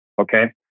Okay